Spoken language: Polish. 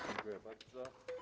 Dziękuję bardzo.